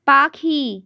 পাখি